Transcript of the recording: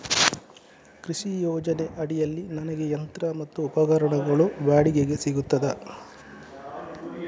ಕೃಷಿ ಯೋಜನೆ ಅಡಿಯಲ್ಲಿ ನನಗೆ ಯಂತ್ರ ಮತ್ತು ಉಪಕರಣಗಳು ಬಾಡಿಗೆಗೆ ಸಿಗುತ್ತದಾ?